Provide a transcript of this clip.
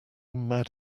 mad